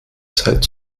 zeit